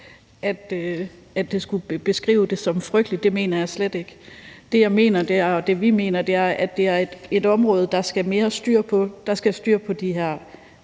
at den har beskrevet det som noget frygteligt. Det mener jeg slet ikke. Det, jeg mener, og det, vi mener, er, at det er et område, hvor der skal være mere styr på det. Der